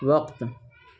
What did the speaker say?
وقت